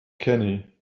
kenny